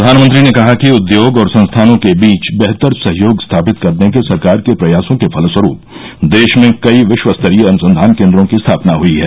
प्रधानमंत्री ने कहा कि उद्योग और संस्थानों के बीच बेहतर सहयोग स्थापित करने के सरकार के प्रयासों के फलस्वरूप देश में कई विश्वस्तरीय अनुसंबान केन्द्रों की स्थापना हुई है